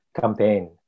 campaign